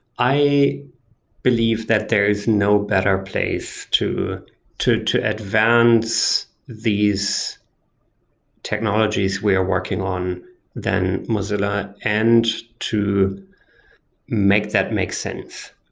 i believe that there's no better place to to to advance these technologies we're working on than mozilla and to make that make sense.